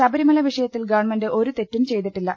ശബരിമല വിഷയത്തിൽ ഗവൺമെന്റ് ഒരു തെറ്റും ചെയ്തി ട്ടില്ല